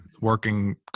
working